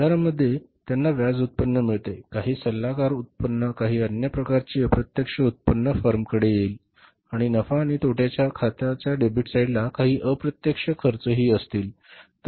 बाजारामध्ये त्यांना व्याज उत्पन्न मिळेल काही सल्लागार उत्पन्न काही अन्य प्रकारची अप्रत्यक्ष उत्पन्न फर्मकडे येईल आणि नफा तोटा खात्याच्या डेबिट साईडला काही अप्रत्यक्ष खर्चही असतील